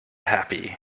happy